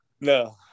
no